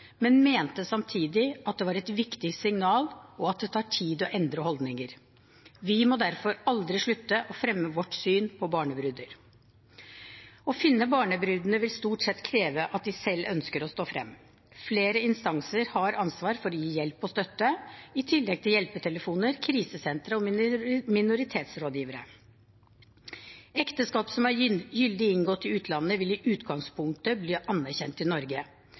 men de mente samtidig at det var et viktig signal, og at det tar tid å endre holdninger. Vi må derfor aldri slutte å fremme vårt syn på barnebruder. Å finne barnebrudene vil stort sett kreve at de selv ønsker å stå frem. Flere instanser har ansvar for å gi hjelp og støtte, i tillegg til hjelpetelefoner, krisesentre og minoritetsrådgivere. Ekteskap som er gyldig inngått i utlandet, vil i utgangspunktet bli anerkjent i Norge,